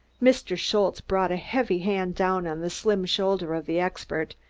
mr. schultze brought a heavy hand down on the slim shoulder of the expert,